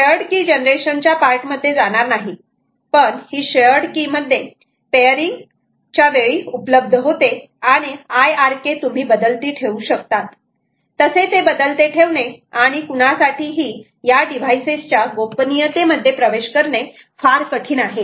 आपण shared key generation च्या part मध्ये जाणार नाही पण ही शेअर्ड की पेयरींग च्या वेळी उपलब्ध होते आणि ही IRK तुम्ही बदलती ठेवू शकतात तसे ते बदलते ठेवणे आणि कुणासाठीही या डिव्हाईसेस च्या गोपनीयतेचे मध्ये प्रवेश करणे फार कठीण आहे